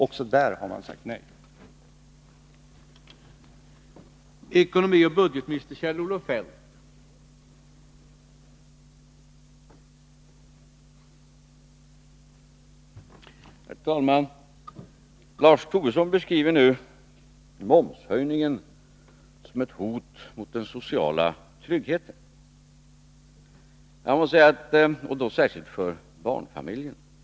Också på den punkten har socialdemokraterna sagt nej.